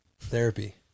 Therapy